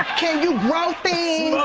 can you grow things?